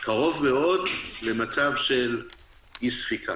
קרוב מאוד למצב של אי-ספיקה.